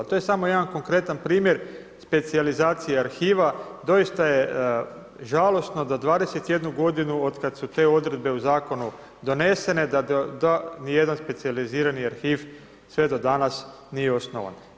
To je samo jedan konkretan primjer specijalizacije arhiva, doista je žalosno da 21 godinu od kada su te odredbe u zakonu donesene da nijedan specijalizirani arhiv sve do danas nije osnovan.